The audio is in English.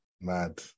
Mad